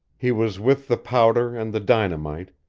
he was with the powder and the dynamite,